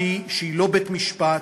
ועדה שהיא לא בית-משפט,